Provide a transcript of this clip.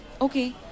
Okay